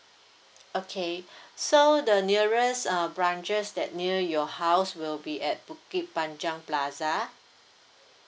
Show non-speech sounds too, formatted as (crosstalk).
okay (breath) so the nearest uh branches that near your house will be at bukit panjang plaza